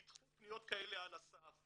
ידחו פניות כאלה על הסף,